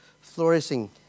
flourishing